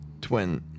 twin